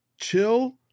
chill